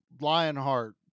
Lionheart